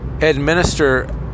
administer